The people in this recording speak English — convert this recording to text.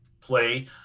play